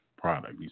product